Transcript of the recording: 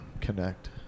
Connect